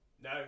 No